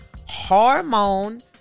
hormone